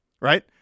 right